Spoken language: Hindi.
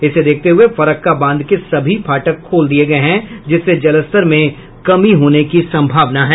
इसे देखते हुए फरक्का बांध के सभी फाटक खोल दिये गये हैं जिससे जलस्तर में कमी होने की संभावना है